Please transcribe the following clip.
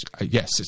yes